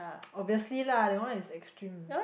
obviously lah that one is extreme